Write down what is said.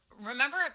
Remember